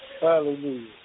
Hallelujah